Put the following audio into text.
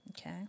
Okay